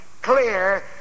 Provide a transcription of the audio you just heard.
clear